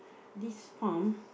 this farm